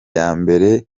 yambere